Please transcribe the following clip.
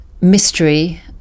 mystery